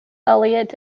elliott